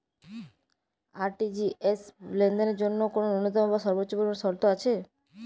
RTGS লেনদেনের জন্য কোন ন্যূনতম বা সর্বোচ্চ পরিমাণ শর্ত আছে?